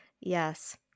Yes